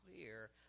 clear